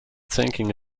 thinking